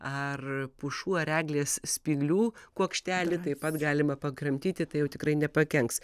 ar pušų ar eglės spyglių kuokštelį taip pat galima pakramtyti tai tikrai nepakenks